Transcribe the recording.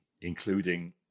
including